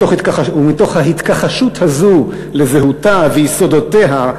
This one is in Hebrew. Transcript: מתוך ההתכחשות הזאת לזהותה ויסודותיה,